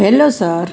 hello sir